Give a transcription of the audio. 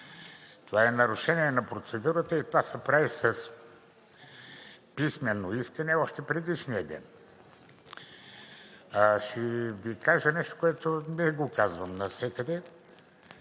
Това е нарушение на процедурата и това се прави с писмено искане още предишния ден. Ще Ви кажа нещо, което не го казвам навсякъде.